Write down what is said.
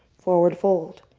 forward fold.